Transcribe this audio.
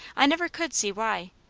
i never could see why.